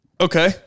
Okay